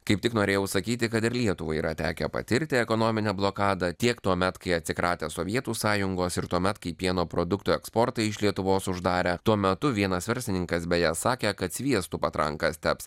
kaip tik norėjau sakyti kad ir lietuvai yra tekę patirti ekonominę blokadą tiek tuomet kai atsikratę sovietų sąjungos ir tuomet kai pieno produktų eksportą iš lietuvos uždarė tuo metu vienas verslininkas beje sakė kad sviestu patrankas teps